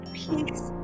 peace